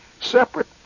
Separate